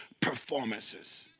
performances